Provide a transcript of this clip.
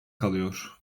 kalıyor